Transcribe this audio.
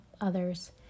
others